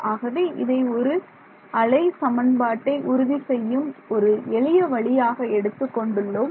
ஆகவே இதை ஒரு அலை சமன்பாட்டை உறுதி செய்யும் ஒரு எளிய வழியாக எடுத்துக் கொண்டுள்ளோம்